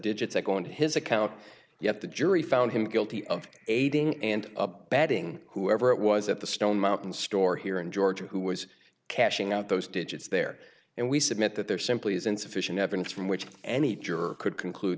digits i go and his account you have the jury found him guilty of aiding and abetting whoever it was at the stone mountain store here in georgia who was cashing out those digits there and we submit that there simply is insufficient evidence from which any jerk could conclude